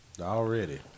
already